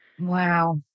Wow